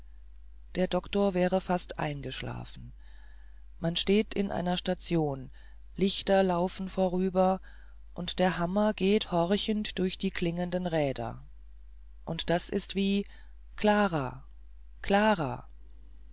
der doktor wäre fast eingeschlafen man steht in einer station lichter laufen vorüber und der hammer geht horchend durch die klingenden räder und das ist wie klara klara